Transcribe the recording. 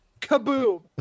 Kaboom